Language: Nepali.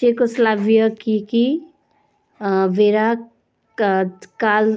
चेकोस्लोभाकियाकी भेरा का काल